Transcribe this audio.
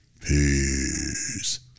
Peace